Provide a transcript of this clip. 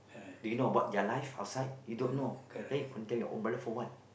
they know about their lives outside you don't know then you condemn your own brother for what